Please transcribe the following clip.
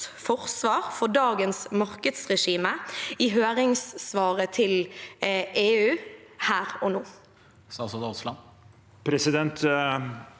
forsvar for dagens markedsregime i høringssvaret til EU her og nå? Statsråd